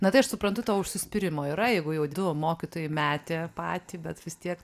na tai aš suprantu tavo užsispyrimo yra jeigu jau du mokytojai metė patį bet vis tiek